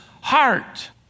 heart